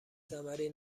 ثمری